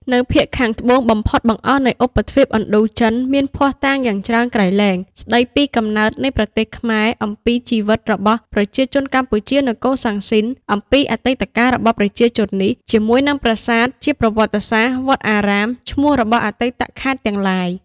នៅភាគខាងត្បូងបំផុតបង្អស់នៃឧបទ្វីបឥណ្ឌូចិន មានភស្តុតាងយ៉ាងច្រើនក្រៃ លែង ស្តីពីកំណើតនៃប្រទេសខ្មែរ អំពីជីវិតរបស់ប្រជាជនកម្ពុជានៅកូសាំងស៊ីនអំពី អតីតកាលរបស់ប្រជាជននេះ ជាមួយនឹងប្រាសាទជាប្រវត្តិសាស្ត្រ វត្តអារ៉ាម ឈ្មោះរបស់អតីតខេត្តទាំងឡាយ។